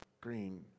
green